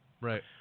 Right